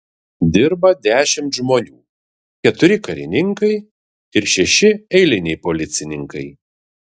dirba dešimt žmonių keturi karininkai ir šeši eiliniai policininkai